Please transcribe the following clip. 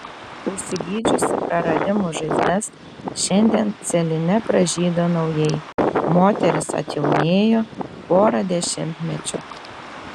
užsigydžiusi praradimų žaizdas šiandien celine pražydo naujai moteris atjaunėjo pora dešimtmečių